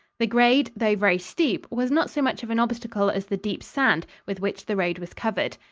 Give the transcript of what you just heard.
the grade, though very steep, was not so much of an obstacle as the deep sand, with which the road was covered.